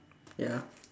ya